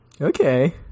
Okay